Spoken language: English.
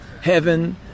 heaven